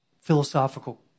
philosophical